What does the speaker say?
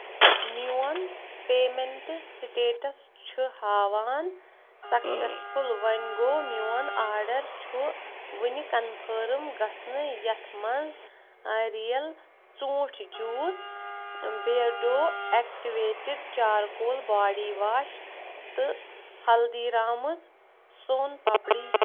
میون payment status چھ ہاوان سیکسیسفُل وۄنۍ گوٚو میون آرڈر چھ وُنہِ کنفٲرم گژھنے یتھ مَنٛز رِیل ژوٗنٛٹۍ juice Beardo activated charcoal body wash تہٕ ہلدیٖرامز سون پاپڈی چھ